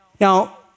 Now